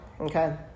okay